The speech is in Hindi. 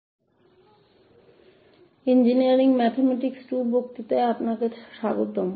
तो इंजीनियरिंग गणित II पर व्याख्यान में आपका स्वागत है